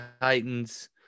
Titans